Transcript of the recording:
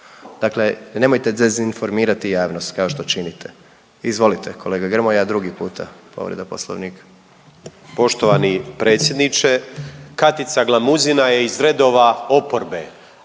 Dakle, nemojte dezinformirati javnost kao što činite. Izvolite kolega Grmoja drugi puta povreda poslovnika. **Grmoja, Nikola (MOST)** Poštovani predsjedniče. Katica Glamuzina je iz redova oporbe